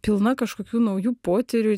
pilna kažkokių naujų potyrių